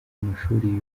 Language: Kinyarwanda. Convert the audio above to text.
amashuri